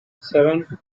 seven